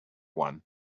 one